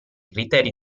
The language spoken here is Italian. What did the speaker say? criteri